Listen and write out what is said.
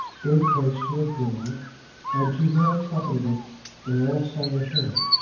gave place to a girl and to her accompaniment they all sang a hymn,